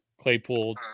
Claypool